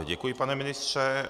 Děkuji, pane ministře.